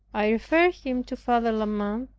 i referred him to father la mothe.